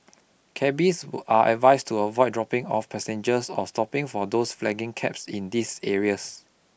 cabbies are advised to avoid dropping off passengers or stopping for those flagging cabs in these areas